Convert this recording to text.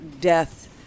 Death